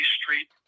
Street